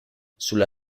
sulla